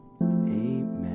Amen